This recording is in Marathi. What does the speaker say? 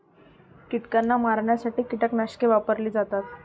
कीटकांना मारण्यासाठी कीटकनाशके वापरली जातात